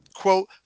quote